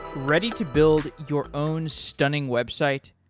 ready to build your own stunning website?